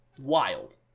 Wild